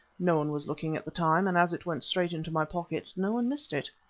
no one was looking at the time, and as it went straight into my pocket, no one missed it.